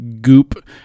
goop